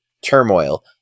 turmoil